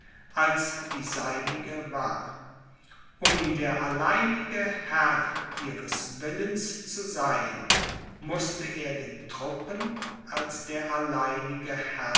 als die seinige war um der alleinige herr ihres willens zu sein mußte er den truppen als der alleinige